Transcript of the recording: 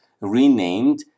renamed